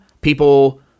people